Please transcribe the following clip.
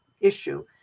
issue